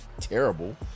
terrible